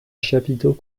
chapiteau